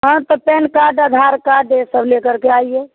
हाँ तो PAN card Aadhaar card यह सब ले करके आइए